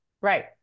right